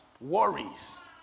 worries